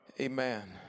Amen